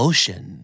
Ocean